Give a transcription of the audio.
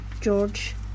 George